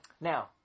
Now